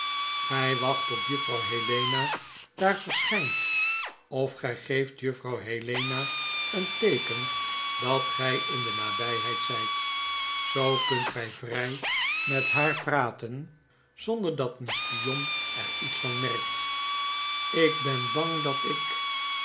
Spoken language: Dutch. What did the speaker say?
wacht totdat juffrouw helena daar verschynt of gy geeft juffrouw helena een teeken dat gy in de nabyheid zijt zoo kunt gy vrij met haar praten zonder dat een spion er iets van merkt ik ben bang dat ik